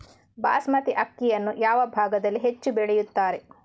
ಬಾಸ್ಮತಿ ಅಕ್ಕಿಯನ್ನು ಯಾವ ಭಾಗದಲ್ಲಿ ಹೆಚ್ಚು ಬೆಳೆಯುತ್ತಾರೆ?